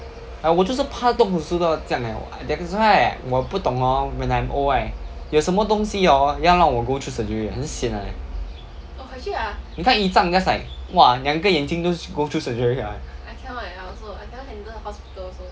ah 我就是怕动手术到这样 leh that's why right 我不懂 hor when I'm old right 有什么东西 hor 要让我 go through surgery 很闲的 leh 你看姨丈 just like !wah! 两个眼睛都 go go through surgery 了 eh